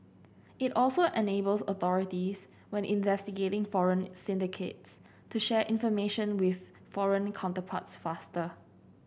it also enables authorities when investigating foreign syndicates to share information with foreign counterparts faster